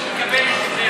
אני מקבל את דברי השר.